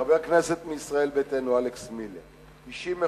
חבר כנסת מישראל ביתנו אלכס מילר, אישים מכובדים,